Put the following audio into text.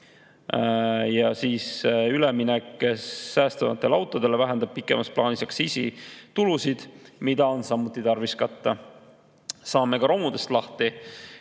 raha. Üleminek säästvamatele autodele vähendab pikemas plaanis aktsiisitulusid, mida on samuti tarvis katta. Saame ka romudest lahti.